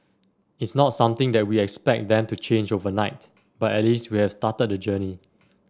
it's not something that we expect them to change overnight but at least we have started the journey